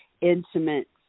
intimate